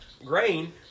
Grain